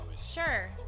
Sure